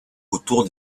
autour